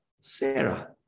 Sarah